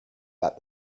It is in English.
that